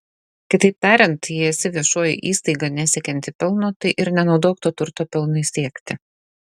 kitaip tariant jei esi viešoji įstaiga nesiekianti pelno tai ir nenaudok to turto pelnui siekti